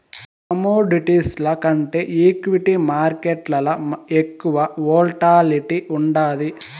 కమోడిటీస్ల కంటే ఈక్విటీ మార్కేట్లల ఎక్కువ వోల్టాలిటీ ఉండాది